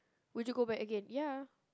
would you go back again ya